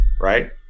right